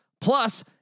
Plus